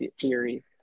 theory